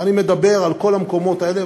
ואני מדבר על כל המקומות האלה,